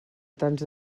tants